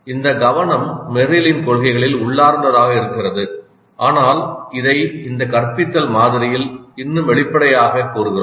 இந்த "கவனம்" மெர்ரிலின் கொள்கைகளில் உள்ளார்ந்ததாக இருக்கிறது ஆனால் இதை இந்த கற்பித்தல் மாதிரியில் இன்னும் வெளிப்படையாகக் கூறுகிறோம்